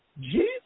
Jesus